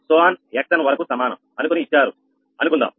𝑥𝑛 వరకు సమానం అనుకొని ఇచ్చారు అనుకుందాం